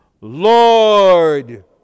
Lord